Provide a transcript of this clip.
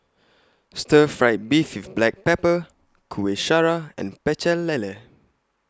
Stir Fried Beef with Black Pepper Kueh Syara and Pecel Lele